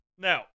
Now